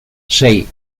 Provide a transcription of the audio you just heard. sei